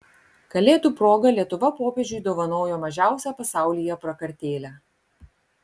kalėdų proga lietuva popiežiui dovanojo mažiausią pasaulyje prakartėlę